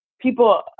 people